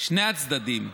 שני הצדדים,